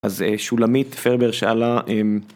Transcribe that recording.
אז שולמית פרבר שאלה אם